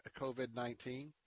COVID-19